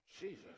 Jesus